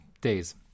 days